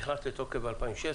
נכנס לתוקף ב-2016,